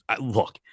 look